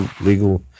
legal